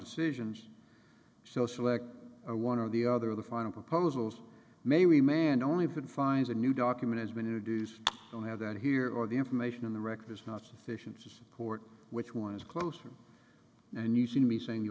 decisions so select are one or the other of the final proposals may we man only could find a new document has been introduced don't have that here or the information in the record is not sufficient to support which one is closer and you see me saying the